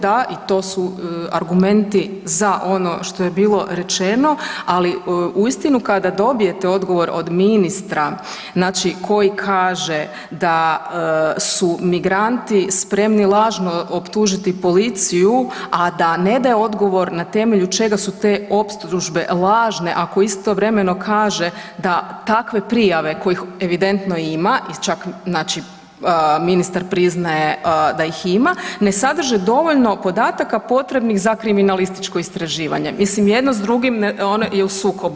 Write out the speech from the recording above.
Da, i to su argumenti za ono što je bilo rečeno, ali uistinu kada dobijete odgovor od ministra, znači koji kaže da su migranti spremni lažno optužiti policiju, a da ne daje odgovor na temelju čega su te optužbe lažne ako istovremeno kaže da takve prijave kojih evidentno ima i čak znači ministar priznaje da ih ima, ne sadrže dovoljno podataka potrebnih za kriminalističko istraživanje, mislim jedno s drugim je u sukobu.